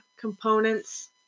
components